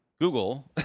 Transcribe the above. Google